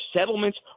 settlements